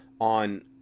on